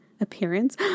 appearance